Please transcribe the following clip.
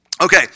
Okay